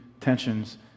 tensions